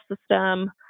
system